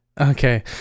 okay